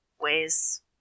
ways